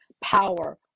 power